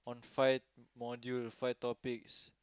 five module five topics